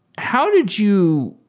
how did you